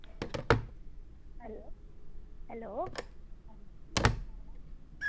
hello hello